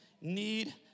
need